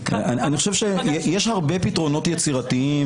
לא יודע אם יש לנו פתרונות טובים,